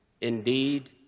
Indeed